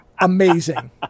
amazing